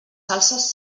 salses